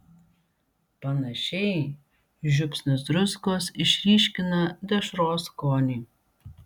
panašiai žiupsnis druskos išryškina dešros skonį